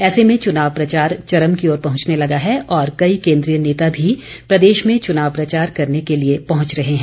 ऐसे में चुनाव प्रचार चरम की ओर पहुंचने लगा है और कई केन्द्रीय नेता भी प्रदेश में चुनाव प्रचार करने के लिए पहुंच रहे हैं